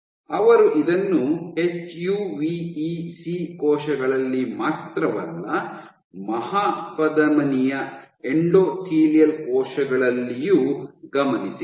ಅವರು ಇದನ್ನು ಎಚ್ಯುವಿಇಸಿ ಕೋಶಗಳಲ್ಲಿ ಮಾತ್ರವಲ್ಲ ಮಹಾಪಧಮನಿಯ ಎಂಡೋಥೆಲಿಯಲ್ ಕೋಶಗಳಲ್ಲಿಯೂ ಗಮನಿಸಿದರು